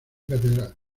catedral